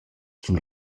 sun